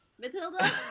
matilda